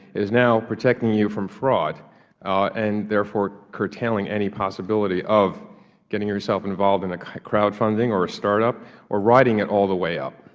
is now protecting you from fraud and therefore curtailing any possibility of getting yourself involved in a crowdfunding or a startup or riding it all the way up.